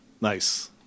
Nice